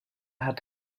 hat